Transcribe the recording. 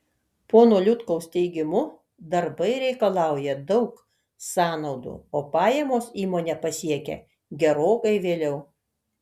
pono liutkaus teigimu darbai reikalauja daug sąnaudų o pajamos įmonę pasiekia gerokai vėliau